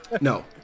No